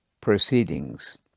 proceedings